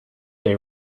day